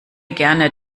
gerne